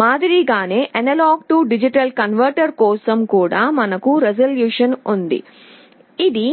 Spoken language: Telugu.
మాదిరిగానే A D కన్వర్టర్ కోసం కూడా మనకు రిజల్యూషన్ ఉంది ఇది